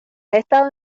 estado